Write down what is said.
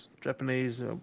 Japanese